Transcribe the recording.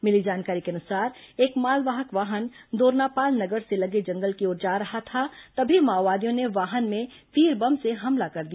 मिली जानकारी के अनुसार एक मालवाहक वाहन दोरनापाल नगर से लगे जंगल की ओर जा रहा था तभी माओवादियों ने वाहन में तीर बम से हमला कर दिया